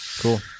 Cool